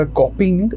copying